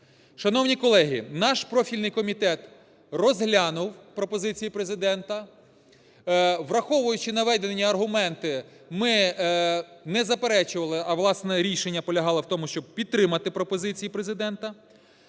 Шановні колеги, наш профільний комітет розглянув пропозиції Президента. Враховуючі наведені аргументи, ми не заперечували, а, власне, рішення полягало в тому, щоб підтримати пропозиції Президента,